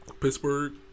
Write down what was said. Pittsburgh